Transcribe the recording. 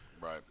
Right